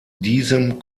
diesem